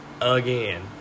again